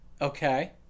Okay